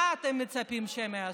מה אתם מצפים שהם יעשו?